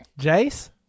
Jace